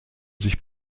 sich